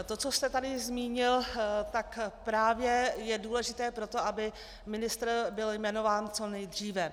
To, co jste tady zmínil, tak právě je důležité pro to, aby ministr byl jmenován co nejdříve.